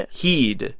heed